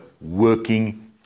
working